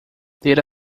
data